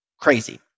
crazy